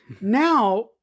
Now